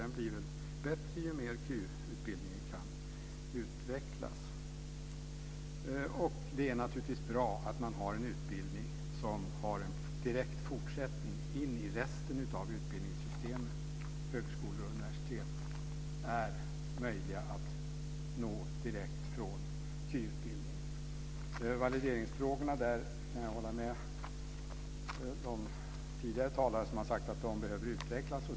Det bli bättre ju mer KY kan utvecklas. Det är naturligtvis bra att man har en utbildning som har en direkt fortsättning in i resten av utbildningssystemet. Högskolor och universitet är möjliga att nå direkt från KY. I valideringsfrågorna kan jag hålla med tidigare talare om att de behöver utvecklas.